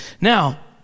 Now